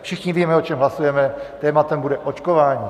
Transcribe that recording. Všichni víme, o čem hlasujeme: tématem bude očkování.